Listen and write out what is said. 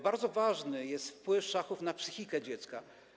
Bardzo ważny jest wpływ szachów na psychikę dziecka.